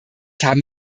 haben